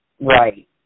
Right